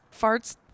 farts